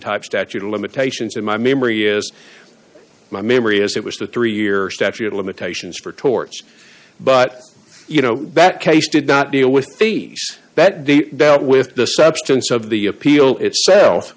type statute of limitations in my memory as my memory is it was the three year statute of limitations for torts but you know that case did not deal with fees that they dealt with the substance of the appeal itself